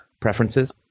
preferences